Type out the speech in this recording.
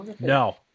No